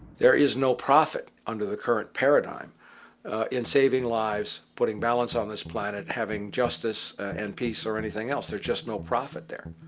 there is no profit under the current paradigm in saving lives, putting balance on this planet, having justice and peace or anything else. there is just no profit there.